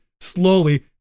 Slowly